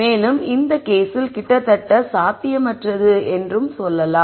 மேலும் இந்த கேஸில் கிட்டத்தட்ட சாத்தியமற்றது என்றும் சொல்லலாம்